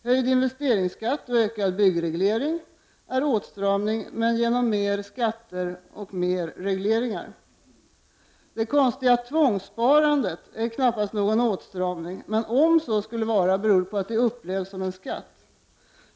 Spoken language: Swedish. Höjd investeringsskatt och ökad byggreglering är också åtstramning, men genom mer skatter och mer reglering. Det konstiga tvångssparandet är knappast någon åtstramning, och om så skulle vara beror det på att det upplevs som skatt.